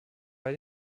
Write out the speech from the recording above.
bei